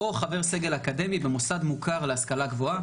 המשך הקראה: "או חבר סגל אקדמי במוסד מוכר להשכלה גבוהה